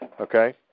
Okay